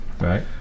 Right